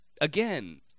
again